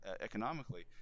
economically